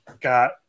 Got